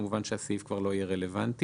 כמובן שהסעיף כבר לא יהיה רלוונטי.